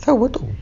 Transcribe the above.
siapa tu